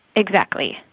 exactly.